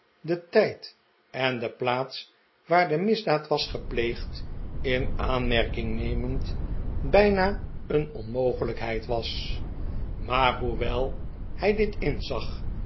den tijd en de plaats waar de misdaad was gepleegd in aanmerking nemend bijna een onmogelijkheid was maar hoewel hij dit inzag